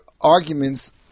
arguments